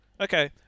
Okay